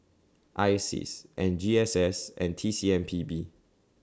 I Seas and G S S and T C M P B